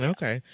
Okay